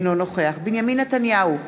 אינו נוכח בנימין נתניהו,